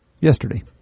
yesterday